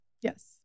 Yes